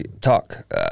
Talk